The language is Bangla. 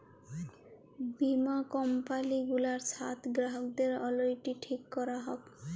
বীমা কম্পালি গুলার সাথ গ্রাহকদের অলুইটি ঠিক ক্যরাক হ্যয়